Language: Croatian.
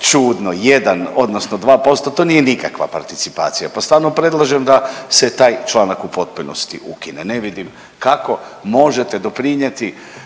čudno. 1 odnosno 2%, to nije nikakva participacija pa stvarno predlažem da se taj članak u potpunosti ukine. Ne vidim kako možete doprinijeti